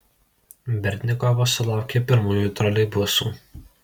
berdnikovas sulaukė pirmųjų troleibusų